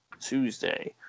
Tuesday